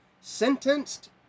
sentenced